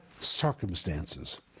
circumstances